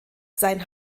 sein